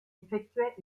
effectuait